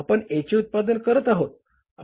आपण A चे उत्पादन करत आहोत